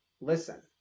Listen